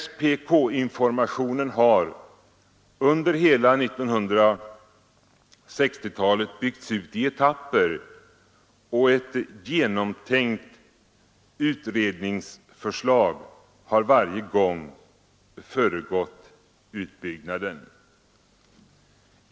SPK-informationen har under hela 1960-talet byggts ut i etapper, och ett genomtänkt utredningsförslag har varje gång föregått utbyggnaden.